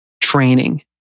training